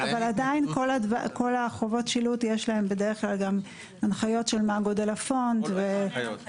אבל עדיין כל חובות השילוט יש בהן בדרך כלל הנחיות של גודל הפונט וכו'.